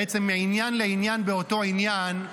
בעצם מעניין לעניין באותו עניין,